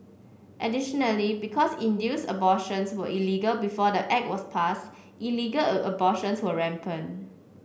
additionally because induced abortions were illegal before the Act was passed illegal a abortions were rampant